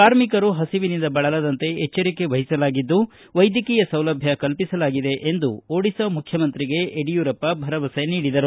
ಕಾರ್ಮಿಕರು ಹಸಿವಿನಿಂದ ಬಳಲದಂತೆ ಎಚ್ಚರಿಕೆ ವಹಿಸಲಾಗಿದ್ದು ವೈದ್ಯಕೀಯ ಸೌಲಭ್ಯ ಕಲ್ಪಿಸಲಾಗಿದೆ ಎಂದು ಓಡಿಶಾ ಮುಖ್ಯಮಂತ್ರಿಗೆ ಯಡಿಯೂರಪ್ಪ ಭರವಸೆ ನೀಡಿದರು